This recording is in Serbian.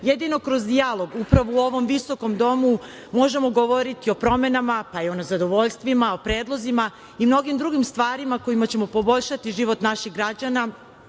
jedino kroz dijalog, upravo u ovom visokom domu, možemo govoriti o promenama, pa i nezadovoljstvima, o predlozima i mnogim drugim stvarima kojima ćemo poboljšati život naših građana